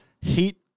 Heat